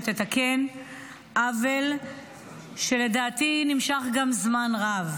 שתתקן עוול שלדעתי נמשך זמן רב.